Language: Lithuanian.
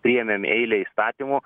priėmėm eilę įstatymų